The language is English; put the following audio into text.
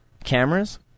cameras